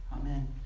Amen